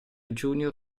junior